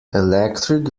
electric